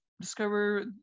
Discover